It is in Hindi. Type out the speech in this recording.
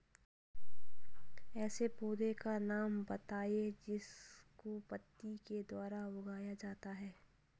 ऐसे पौधे का नाम बताइए जिसको पत्ती के द्वारा उगाया जाता है